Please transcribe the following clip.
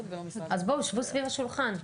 אז בואו, שבו סביב השולחן.